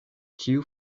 ĉiu